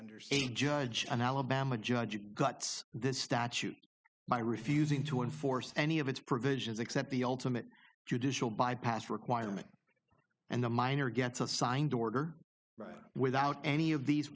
understand a judge an alabama judge you gut this statute by refusing to enforce any of its provisions except the ultimate judicial bypass requirement and the minor gets assigned order right without any of these